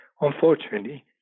Unfortunately